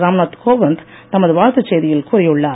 ராம்நாத் கோவிந்த் தமது வாழ்த்து செய்தியில் கூறியுள்ளார்